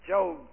Job